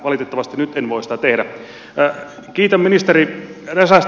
valitettavasti nyt en voi sitä tehdä